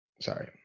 sorry